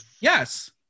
Yes